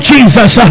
Jesus